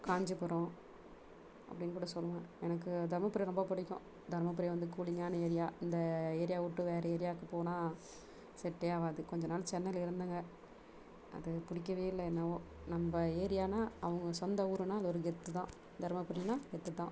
காஞ்சிபுரம் அப்படின்னு கூட சொல்வேன் எனக்கு தர்மபுரி ரொம்ப பிடிக்கும் தர்மபுரி வந்து கூலிங்கான ஏரியா இந்த ஏரியாவிட்டு வேற ஏரியாவுக்கு போனால் செட்டே ஆகாது கொஞ்ச நாள் சென்னையில இருந்தேங்க அது பிடிக்கவே இல்லை என்னவோ நம்ம ஏரியானா அவங்க சொந்த ஊருனால் அது ஒரு கெத்துதான் தர்மபுரினால் கெத்துதான்